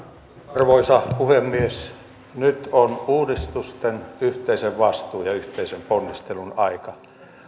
arvoisa puhemies nyt on uudistusten yhteisen vastuun ja yhteisen ponnistelun aika